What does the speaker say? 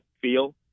feel